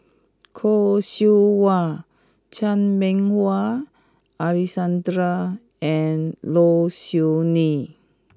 Khoo Seow Hwa Chan Meng Wah Alexander and Low Siew Nghee